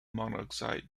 monoxide